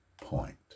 point